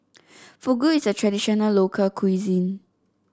Fugu is a traditional local cuisine